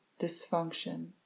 dysfunction